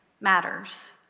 matters